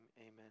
amen